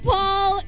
Paul